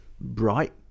bright